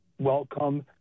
welcome